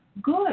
Good